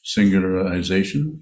Singularization